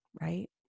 right